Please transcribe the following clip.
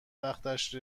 وقتش